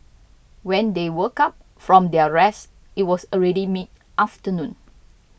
when they woke up from their rest it was already mid afternoon